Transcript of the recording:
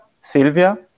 Silvia